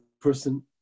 person